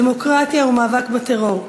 דמוקרטיה ומאבק בטרור.